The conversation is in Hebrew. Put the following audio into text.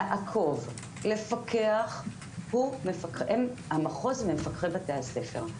לעקוב, לפקח הוא המחוז ומפקחי בתי הספר.